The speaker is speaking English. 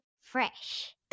Fresh